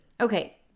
Okay